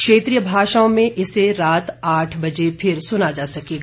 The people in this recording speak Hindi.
क्षेत्रीय भाषाओं में इसे रात आठ बजे फिर सुना जा सकेगा